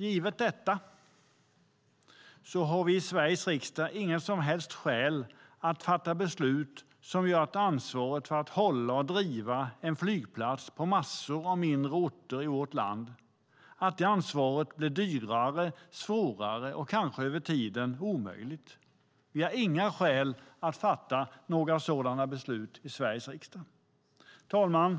Givet detta har vi i Sveriges riksdag inga som helst skäl att fatta beslut som gör att ansvaret för att hålla och driva en flygplats på massor av mindre orter i vårt land blir dyrare, svårare och kanske över tiden omöjligt. Vi har inga skäl att fatta några sådana beslut i Sveriges riksdag. Fru talman!